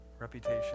Reputation